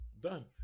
Done